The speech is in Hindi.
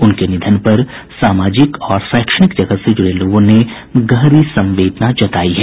उनके निधन पर सामाजिक और शैक्षणिक जगत से जुड़े लोगों ने गहरी संवेदना जतायी है